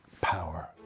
power